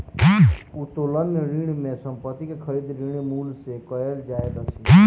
उत्तोलन ऋण में संपत्ति के खरीद, ऋण मूल्य सॅ कयल जाइत अछि